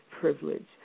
privilege